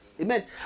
amen